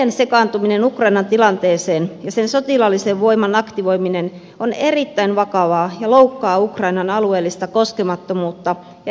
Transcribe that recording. venäjän sekaantuminen ukrainan tilanteeseen ja sen sotilaallisen voiman aktivoiminen on erittäin vakavaa ja loukkaa ukrainan alueellista koskemattomuutta ja itsemääräämisoikeutta